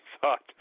thought